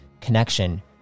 connection